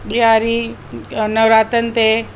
ॾियारी नवरात्रनि ते